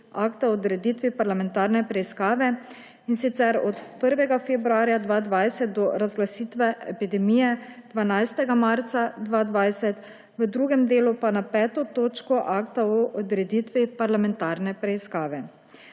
Akta o odreditvi parlamentarne preiskave, in sicer od 1. februarja 2020 do razglasitve epidemije 12. marca 2020, v drugem delu pa na 5. točko Akta o odreditvi parlamentarne preiskave.